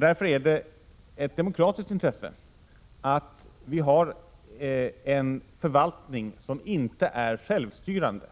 Därför är det ett demokratiskt intresse att vi har en förvaltning 13 maj 1987 som inte är självstyrande,